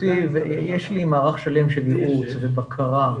יש לי מערך שלם של ייעוץ ובקרה,